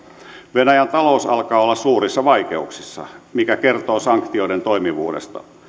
venäjän talous alkaa olla suurissa vaikeuksissa mikä kertoo sanktioiden toimivuudesta